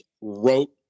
wrote